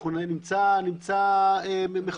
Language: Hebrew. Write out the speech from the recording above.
אנחנו נמצא מחסרים,